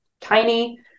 tiny